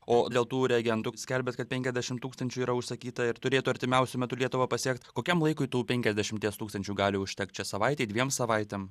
o dėl tų reagentų skelbiat kad penkiasdešimt tūkstančių yra užsakyta ir turėtų artimiausiu metu lietuvą pasiekt kokiam laikui tų penkiasdešimties tūkstančių gali užtekt čia savaitei dviem savaitėm